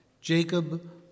Jacob